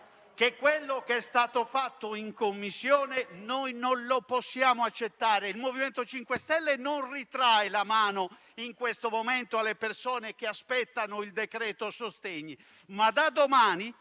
che ciò che è stato fatto in Commissione non lo possiamo accettare. Il MoVimento 5 Stelle non ritrae la mano in questo momento alle persone che aspettano il decreto sostegni; ma da domani